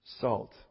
Salt